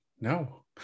No